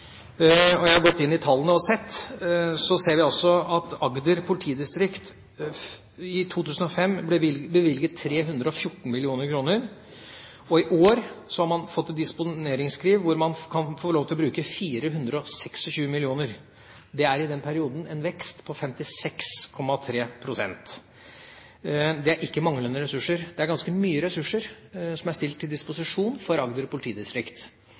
Jeg har gått inn og sett på tallene, og de viser at det i 2005 ble bevilget 314 mill. kr til Agder politidistrikt. I år har man fått et disponeringsskriv hvor man kan få lov til å bruke 426 mill. kr. Det har i den perioden vært en vekst på 56,3 pst. Det er ikke manglende ressurser. Det er ganske mye ressurser som er stilt til disposisjon for Agder politidistrikt.